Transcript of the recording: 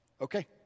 Okay